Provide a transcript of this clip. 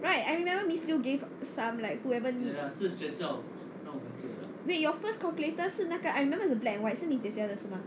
right I remember miss neo gave some like whoever needs wait your first calculator 是那个 I remember the black and white 是你的姐姐的是吗